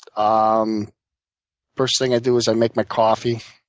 um first thing i do is i make my coffee.